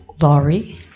Laurie